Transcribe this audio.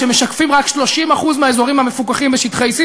שמשקפים רק 30% מהאזורים המפוקחים בשטחי C?